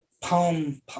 palm